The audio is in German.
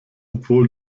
obwohl